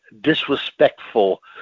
disrespectful